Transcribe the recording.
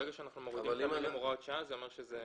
ברגע שאנחנו מורידים את הוראת השעה זה אומר שזה